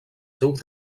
seus